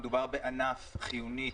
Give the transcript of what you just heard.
מדובר בענף חיוני,